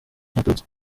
byaturutse